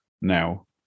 now